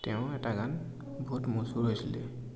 তেওঁৰ এটা গান বহুত মচুৰ হৈছিলে